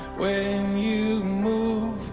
when you move